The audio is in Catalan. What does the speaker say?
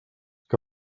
que